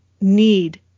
need